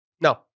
No